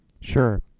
Sure